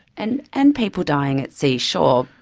and and people dying at sea, sure,